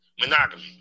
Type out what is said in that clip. Monogamy